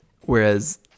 Whereas